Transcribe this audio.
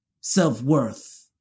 self-worth